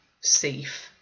safe